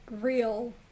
real